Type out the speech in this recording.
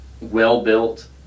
well-built